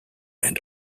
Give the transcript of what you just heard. and